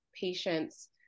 patients